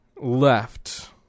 left